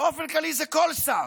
באופן כללי זה כל זר,